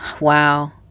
wow